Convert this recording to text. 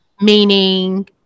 meaning